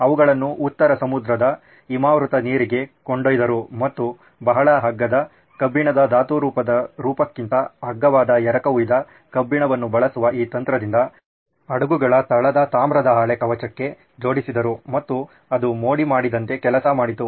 ಅವುಗಳನ್ನು ಉತ್ತರ ಸಮುದ್ರದ ಹಿಮಾವೃತ ನೀರಿಗೆ ಕೊಂಡೊಯ್ದರು ಮತ್ತು ಬಹಳ ಅಗ್ಗದ ಕಬ್ಬಿಣದ ಧಾತುರೂಪದ ರೂಪಕ್ಕಿಂತ ಅಗ್ಗವಾದ ಎರಕಹೊಯ್ದ ಕಬ್ಬಿಣವನ್ನು ಬಳಸುವ ಈ ತಂತ್ರದಿಂದ ಹಡಗುಗಳ ತಳದ ತಾಮ್ರದ ಹಾಳೆ ಕವಚಕ್ಕೆ ಜೋಡಿಸಿದರು ಮತ್ತು ಅದು ಮೋಡಿ ಮಾಡಿದಂತೆ ಕೆಲಸ ಮಾಡಿತು